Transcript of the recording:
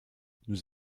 nous